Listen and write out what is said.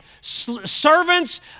servants